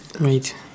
right